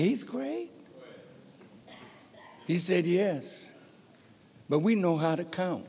eighth grade he said yes but we know how to count